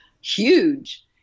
huge